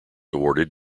awarded